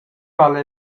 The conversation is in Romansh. vala